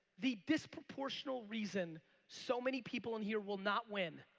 the disproportional reason so many people in here will not win,